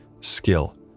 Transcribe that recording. skill